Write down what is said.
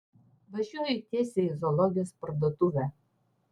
važiuoju tiesiai į zoologijos parduotuvę